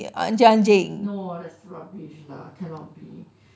no that's rubbish lah cannot be